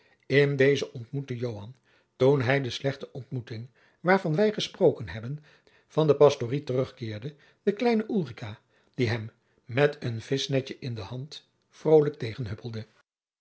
in deze ontmoette joan toen hij na de slechte ontmoeting waarvan wij gesproken hebben van de pastory terugkeerde de kleine ulrica die hem met een vischnetje in de hand vrolijk